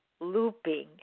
looping